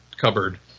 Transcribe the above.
cupboard